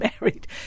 married